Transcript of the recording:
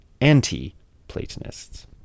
anti-Platonists